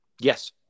Yes